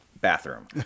bathroom